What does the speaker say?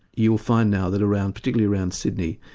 you'll find now that around, particularly around sydney,